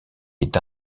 est